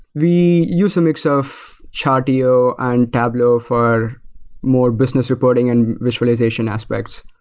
we use a mix of charteo and tableau for more business reporting and visualization aspect.